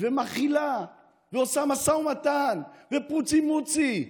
ומכילה ועושה משא ומתן ופוצי-מוצי?